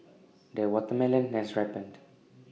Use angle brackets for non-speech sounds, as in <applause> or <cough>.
<noise> the watermelon has ripened <noise>